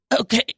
Okay